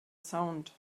sound